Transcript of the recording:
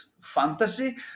Fantasy